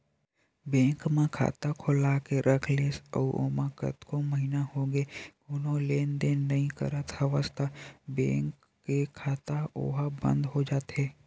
bank म खाता खोलाके के रख लेस अउ ओमा कतको महिना होगे कोनो लेन देन नइ करत हवस त बेंक के खाता ओहा बंद हो जाथे